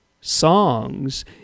songs